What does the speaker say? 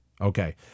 Okay